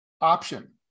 option